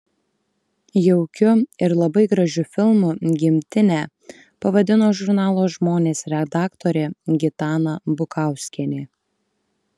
jaukiu ir labai gražiu filmu gimtinę pavadino žurnalo žmonės redaktorė gitana bukauskienė